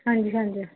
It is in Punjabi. ਹਾਂਜੀ ਹਾਂਜੀ